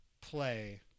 play